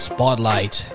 Spotlight